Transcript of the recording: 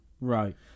Right